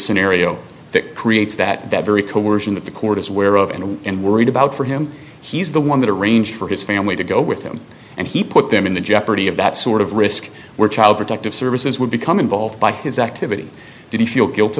scenario that creates that that very coercion that the court is where of and and worried about for him he's the one that arranged for his family to go with them and he put them in the jeopardy of that sort of risk where child protective services would become involved by his activity did he feel guilty